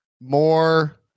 more